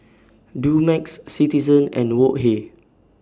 Dumex Citizen and Wok Hey